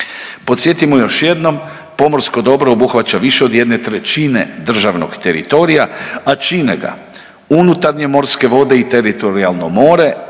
Podsjetimo još jednom, pomorsko dobro obuhvaća više od jedne trećine državnog teritorija, a čine ga unutarnje morske vode i teritorijalno more,